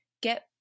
get